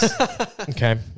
Okay